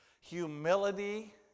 humility